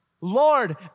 Lord